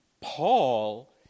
Paul